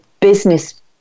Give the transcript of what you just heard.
business